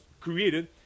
created